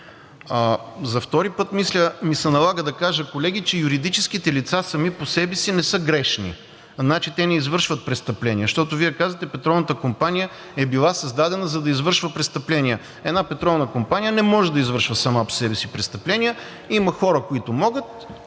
За втори път, мисля, ми се налага да кажа, колеги, че юридическите лица сами по себе си не са грешни. Те не извършват престъпления. Защото Вие казвате: Петролната компания е била създадена, за да извършва престъпления. Една петролна компания не може да извършва сама по себе си престъпления. Има хора, които могат,